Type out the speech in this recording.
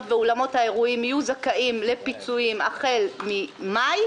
ואולמות האירועים יהיו זכאים לפיצויים החל מחודש מאי,